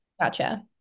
Gotcha